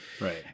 Right